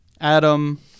Adam